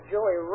Joey